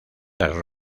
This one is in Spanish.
las